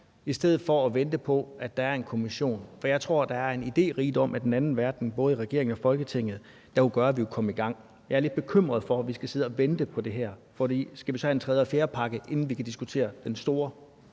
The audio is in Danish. i stedet for at vente på at der er en kommission? For jeg tror, der er en idérigdom af den anden verden, både i regeringen og Folketinget, der jo gør, at vi kunne komme i gang. Jeg er lidt bekymret for, at vi skal sidde og vente på det her. For skal vi så have en tredje og fjerde pakke, inden vi kan diskutere den store